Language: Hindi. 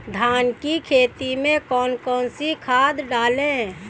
धान की खेती में कौन कौन सी खाद डालें?